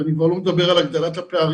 אני כבר לא מדבר על הגדלת הפערים,